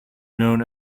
known